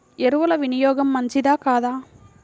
ఎరువుల వినియోగం మంచిదా కాదా?